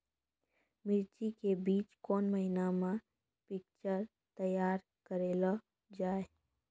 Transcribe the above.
मिर्ची के बीज कौन महीना मे पिक्चर तैयार करऽ लो जा?